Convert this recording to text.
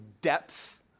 depth